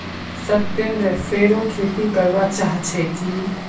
सत्येंद्र फेरो खेती करवा चाह छे की